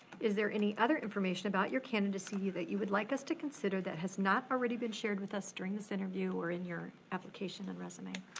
is there any other information about your candidacy that you would like us to consider that has not already been shared with us during this interview or in your application and resume?